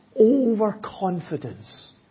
Overconfidence